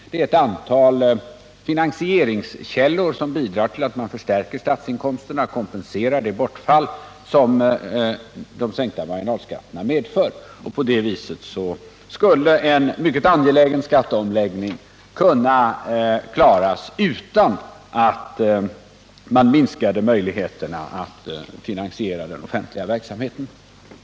Det är ett antal finansieringskällor som bidrar till att förstärka statsinkomsterna och kompensera det bortfall som de sänkta marginalskatterna medför. På det viset skulle en mycket angelägen skatteomläggning kunna genomföras utan att möjligheterna att finansiera den offentliga verksamheten minskade.